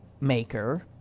maker